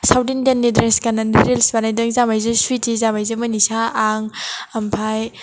South इन्णडियानि dress गाननानै reels बानायदों जामाइजो सुइति जामाइजो मनिसा आं ओंमफ्राय